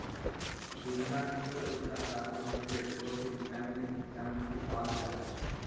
पुदीना के अंदर ऊर्जा, carbohydrate, protein, vitamin A, vitamin C, पाल जा हइ